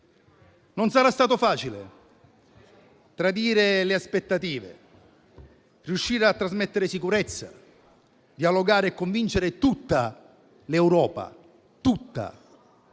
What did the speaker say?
Non sarà stato facile tradire le aspettative, riuscire a trasmettere sicurezza, dialogare e convincere tutta l'Europa che